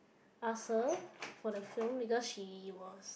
ask her for the film because she was